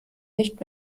nicht